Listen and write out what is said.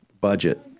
budget